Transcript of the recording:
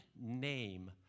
name